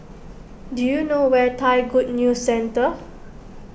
do you know where Thai Good News Centre